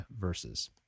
Verses